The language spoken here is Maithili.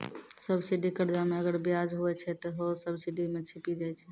सब्सिडी कर्जा मे अगर बियाज हुवै छै ते हौ सब्सिडी मे छिपी जाय छै